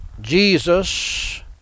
Jesus